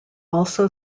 also